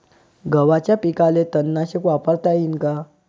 गव्हाच्या पिकाले तननाशक वापरता येईन का?